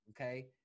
okay